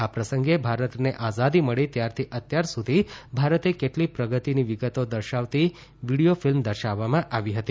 આ પ્રસંગે ભારતને આઝાદી મળી ત્યારથી અત્યાર સુધી ભારતે કરેલી પ્રગતિની વિગતો દર્શાવતી વિડીયો ફિલ્મ દર્શાવવામાં આવી હતી